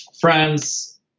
France